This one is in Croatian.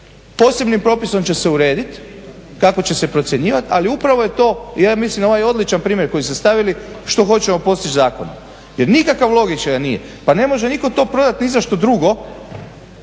posebnim propisom će se uredit kako će se procjenjivat, ali upravo je to, ja mislim na ovaj odličan primjer koji ste stavili, što hoćemo postići zakonom, jer nikakav, logično da nije, pa ne može nitko to prodat ni za što drugo,